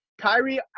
Kyrie